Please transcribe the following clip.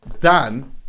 Dan